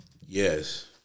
Yes